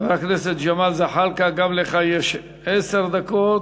חבר הכנסת ג'מאל זחאלקה, גם לך יש עשר דקות.